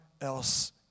else